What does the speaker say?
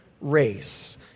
race